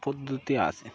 পদ্ধতি আছে